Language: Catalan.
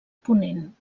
ponent